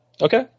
Okay